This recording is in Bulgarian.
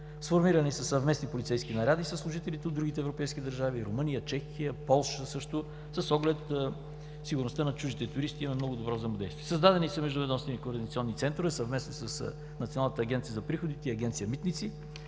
Сформирани са съвместни полицейски наряди със служителите от другите европейски държави – Румъния, Чехия, Полша също. С оглед сигурността на чуждите туристи имаме много добро взаимодействие. Създадени са междуведомствени координационни центрове съвместно с Националната агенция за приходите и Агенция „Митници“,